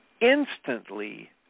Instantly